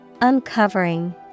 uncovering